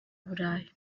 burayi